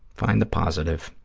find the positive.